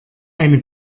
eine